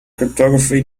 cryptography